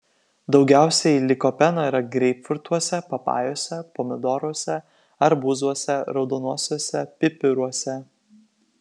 daugiausiai likopeno yra greipfrutuose papajose pomidoruose arbūzuose raudonuosiuose pipiruose